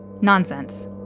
Nonsense